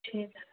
ठीकु आहे